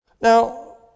Now